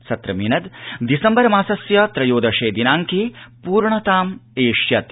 सत्रमेनद् दिसम्बर् मासस्य त्रयोदशे दिनाइपे पूर्णताम् एष्यति